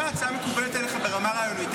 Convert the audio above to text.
אם ההצעה מקובלת עליך ברמה הרעיונית,